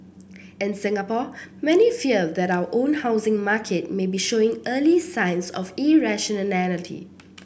in Singapore many fear that our own housing market may be showing early signs of irrationality